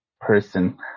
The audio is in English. person